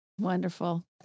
Wonderful